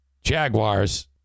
Jaguars